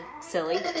silly